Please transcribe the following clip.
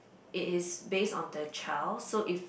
it is based on the child so if